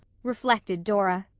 reflected dora.